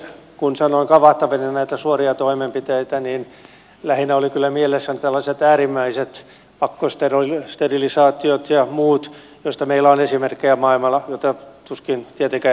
kun sanoin kavahtavani näitä suoria toimenpiteitä niin lähinnä olivat kyllä mielessäni tällaiset äärimmäiset pakkosterilisaatiot ja muut joista meillä on esimerkkejä maailmalta ja joita tuskin tietenkään edustaja tarkoitti